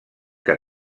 que